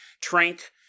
trank